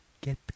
get